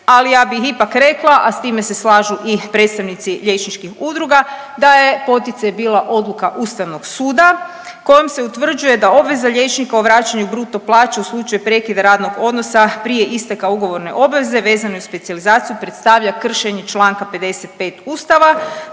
Ali ja bih ipak rekla, a s time se slažu i predstavnici liječničkih udruga da je poticaj bila odluka Ustavnog suda kojom se utvrđuje da obveza liječnika o vraćanju bruto plaće u slučaju prekida radnog odnosa prije isteka ugovorne obveze vezano uz specijalizaciju predstavlja kršenje članka 55. Ustava,